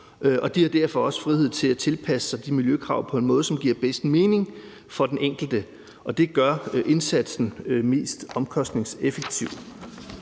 og de har derfor også frihed til at tilpasse sig de miljøkrav på en måde, som giver bedst mening for den enkelte. Det gør indsatsen mest omkostningseffektiv.